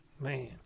man